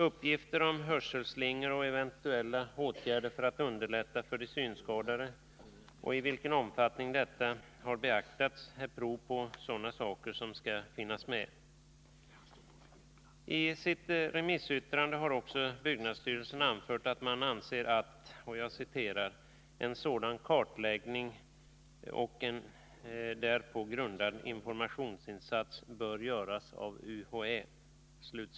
Uppgifter om hörselslingor och eventuella åtgärder för att underlätta för de synskadade och i vilken omfattning detta har beaktats är exempel på sådana saker som skall finnas med. I sitt remissyttrande har också byggnadsstyrelsen anfört att den anser att ”en sådan kartläggning och en därpå grundad informationsinsats bör göras av UHÄ”.